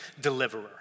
deliverer